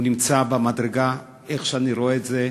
נמצא במדרגה, איך שאני רואה את זה,